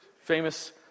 Famous